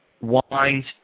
wines